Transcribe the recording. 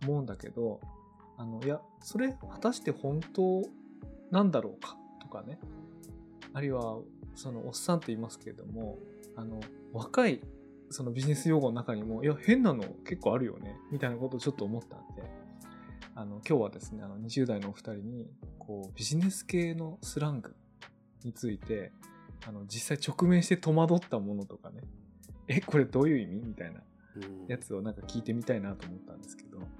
思うんだけど、あの、いや、それ果たして本当なんだろうか？とかね。あるいは、そのおっさんと言いますけれども、あの、若いそのビジネス用語の中にも、いや、変なの結構あるよね、みたいなことをちょっと思ったんで、あの、今日はですね、あの、20代のお二人に、こう、ビジネス系のスラングについて、あの、実際直面して戸惑ったものとかね。え、これどういう意味？みたいなやつをなんか聞いてみたいなと思ったんですけど。